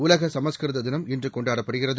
உலக சமஸ்கிருத தினம் இன்று கொண்டாடப்படுகிறது